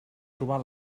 trobar